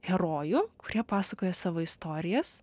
herojų kurie pasakoja savo istorijas